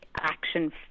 action